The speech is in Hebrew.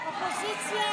סעיף 38